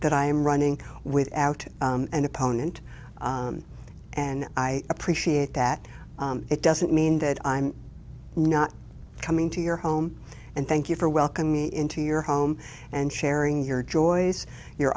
that i am running without an opponent and i appreciate that it doesn't mean that i'm not coming to your home and thank you for welcoming me into your home and sharing your joys your